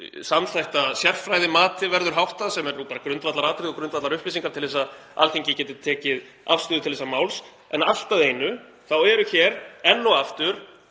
samþætta sérfræðimati verður háttað sem er nú bara grundvallaratriði og grundvallarupplýsingar til að Alþingi geti tekið afstöðu til þessa máls. En allt að einu þá eru hér öryrkjar enn og aftur